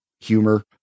humor